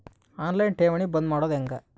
On line ಠೇವಣಿ ಬಂದ್ ಮಾಡೋದು ಹೆಂಗೆ?